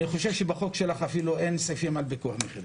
אני חושב שבחוק שלך אפילו אין סעיפים על פיקוח מחירים.